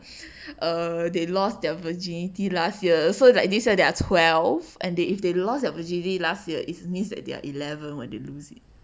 err they lost their virginity last year so like this year there are twelve and they if they lost the virginity last year it's means that they're eleven when they lose it